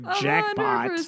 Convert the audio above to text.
jackpot